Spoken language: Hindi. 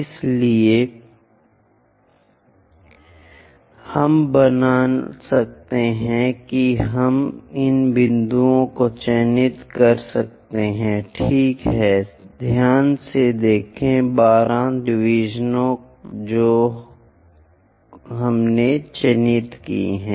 इसलिए हम बना सकते हैं कि हम इन बिंदुओं को चिह्नित कर सकते हैं ठीक है ध्यान से देखें 12 डिवीजनों को हमें चिह्नित करना है